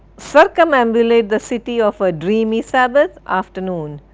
circumambulate the city of a dreamy sabbath afternoon.